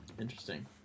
Interesting